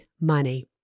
money